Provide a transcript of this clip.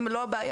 הם לא הבעיה,